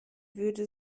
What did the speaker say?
würde